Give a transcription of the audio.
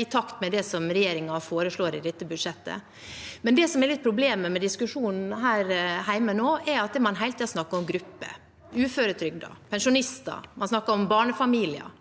i takt med det som regjeringen foreslår i dette budsjettet. Det som er litt av problemet med diskusjonen her hjemme nå, er at man hele tiden snakker om grupper – uføretrygdede, pensjonister. Man snakker om barnefamilier.